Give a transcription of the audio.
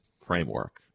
framework